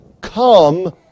Come